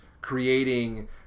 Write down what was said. creating